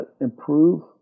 improve